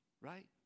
right